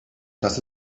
das